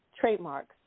trademarks